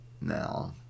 now